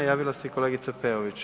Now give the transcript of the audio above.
Javila se i kolegica Peović.